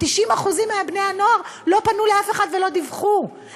90% מבני הנוער לא פנו לאף אחד ולא דיווחו,